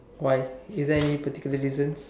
why is there any particular reason